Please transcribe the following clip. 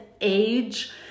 age